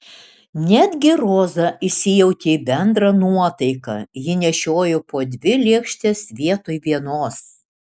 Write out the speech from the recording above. netgi roza įsijautė į bendrą nuotaiką ji nešiojo po dvi lėkštes vietoj vienos